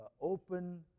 Open